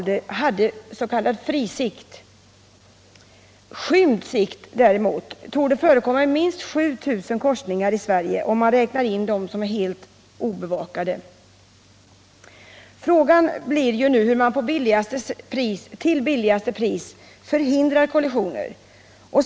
Däremot torde ”skymd sikt” förekomma i minst 7 000 korsningar i Sverige, om man räknar in dem som är helt obevakade. Frågan blir då hur man till billigaste pris förhindrar kollisioner.